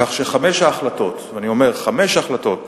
כך שחמש ההחלטות, ואני אומר: חמש ההחלטות